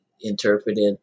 interpreted